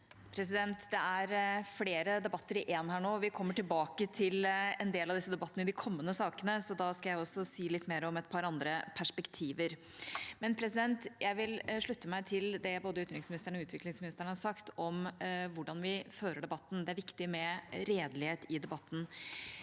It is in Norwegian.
Det er flere de- batter i én nå. Vi kommer tilbake til en del av disse debattene i de kommende sakene, så da skal jeg også si litt mer om et par andre perspektiver. Jeg vil slutte meg til det både utenriksministeren og utviklingsministeren har sagt om hvordan vi fører debatten. Det er viktig med redelighet i debatten.